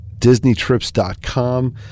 DisneyTrips.com